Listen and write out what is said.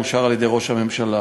אושרה על-ידי ראש הממשלה,